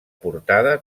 portada